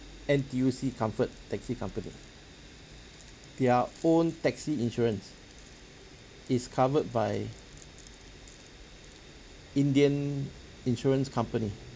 N_T_U_C comfort taxi company their own taxi insurance is covered by indian insurance company